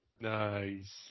Nice